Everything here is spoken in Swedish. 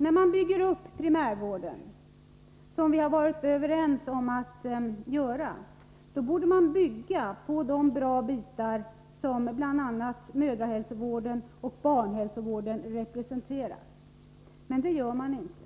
När man bygger upp primärvården — vi har ju varit överens om att så skall ske — borde man bygga på de bra bitar som bl.a. mödrahälsovården och barnhälsovården representerar. Men det gör man inte.